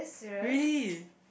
really